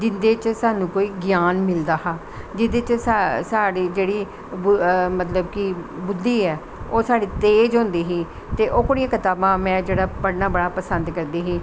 जिंदे च साह्नू कोई ग्यान मिलदा हा जेह्दे च साढ़ी जेह्ड़ी मतलव कि बुध्दी ऐ ओह् साढ़ी तेज़ होंदी ही ते ओह्कड़ियां कताबां जेह्ड़ियां में पढ़नां बड़ा पसंद करदी ही